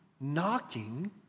knocking